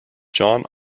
john